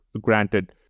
granted